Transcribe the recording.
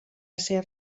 ser